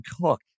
Cook